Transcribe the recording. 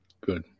Good